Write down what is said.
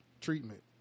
treatment